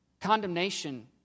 condemnation